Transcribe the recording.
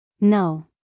No